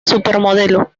supermodelo